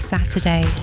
Saturday